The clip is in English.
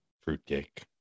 fruitcake